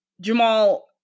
Jamal